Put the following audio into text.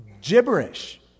gibberish